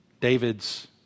David's